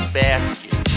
basket